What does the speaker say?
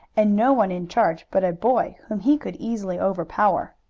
and no one in charge but a boy whom he could easily overpower.